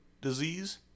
disease